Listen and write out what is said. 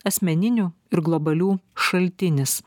asmeninių ir globalių šaltinis